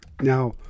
Now